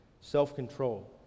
self-control